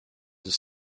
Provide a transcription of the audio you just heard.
his